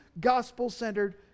gospel-centered